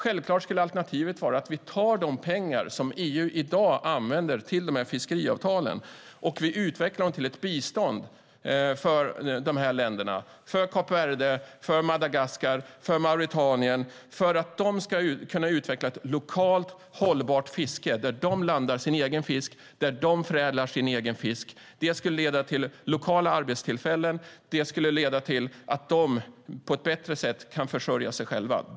Alternativet skulle självklart vara att vi tar de pengar som EU i dag använder till de fiskeriavtalen och utvecklar dem till ett bistånd för berörda länder - för Kap Verde, för Madagaskar, för Mauretanien - så att de kan utveckla ett lokalt hållbart fiske där de landar och förädlar sin egen fisk. Det skulle leda till lokala arbetstillfällen. Det skulle leda till att de på ett bättre sätt kunde försörja sig själva.